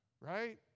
Right